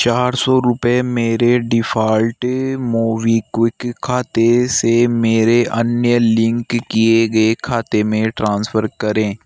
चार सौ रुपये मेरे डिफ़ॉल्ट मूवीक्विक खाते से मेरे अन्य लिंक किए गए खाते में ट्रांसफ़र करें